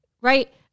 right